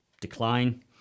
decline